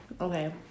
Okay